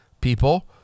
people